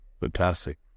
Fantastic